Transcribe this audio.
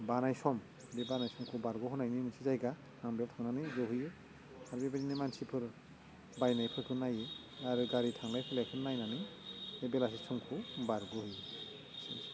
बानाय सम बे बानाय समखौ बारग'होनायनि मोनसे जायगा आं बेयाव थांनानै जहैयो आरो बेबायदिनो मानसिफोर बायनायफोरखौ नाइयो आरो गारि थांलाय फैलायखौ नायनानै बे बेलासे समखौ बारग'होयो